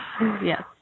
Yes